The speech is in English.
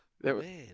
Man